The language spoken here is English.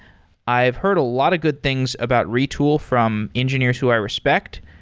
i've heard a lot of good things about retool from engineers who i respect.